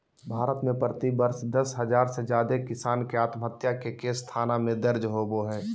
भारत में प्रति वर्ष दस हजार से जादे किसान के आत्महत्या के केस थाना में दर्ज होबो हई